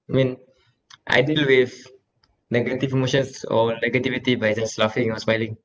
I mean I deal with negative emotions or negativity by just laughing or smiling